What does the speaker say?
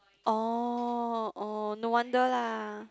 oh oh no wonder lah